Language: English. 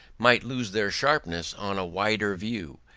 might lose their sharpness on a wider view.